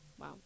Wow